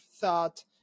thought